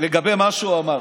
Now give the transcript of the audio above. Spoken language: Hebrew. לגבי מה שהוא אמר.